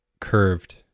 curved